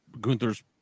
Gunther's